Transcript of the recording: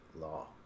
law